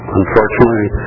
unfortunately